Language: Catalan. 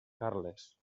carles